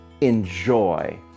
enjoy